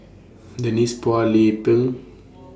Denise Phua Lay Peng